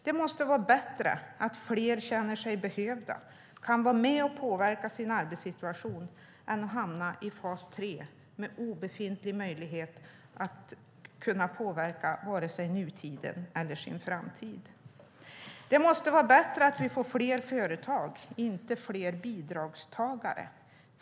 Det måste vara bättre att fler känner sig behövda och kan vara med och påverka sin arbetssituation än att hamna i fas 3 med obefintliga möjligheter att påverka vare sig sin nutid eller sin framtid. Det måste vara bättre att vi får fler företag och inte fler bidragstagare.